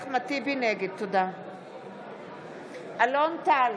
נגד אלון טל,